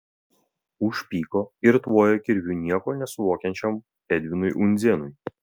užpyko ir tvojo kirviu nieko nesuvokiančiam edvinui undzėnui